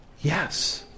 Yes